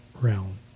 realm